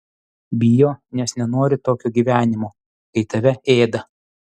bijo nes nenori tokio gyvenimo kai tave ėda